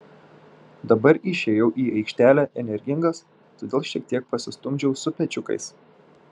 dabar išėjau į aikštelę energingas todėl šiek tiek pasistumdžiau su pečiukais